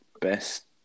best